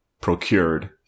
procured